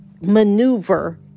maneuver